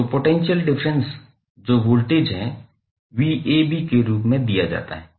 तो potential difference जो voltage है के रूप में दिया जाता है